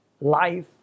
life